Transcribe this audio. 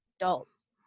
adults